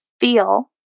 feel